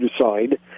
decide